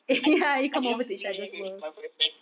I I didn't play with my boyfriend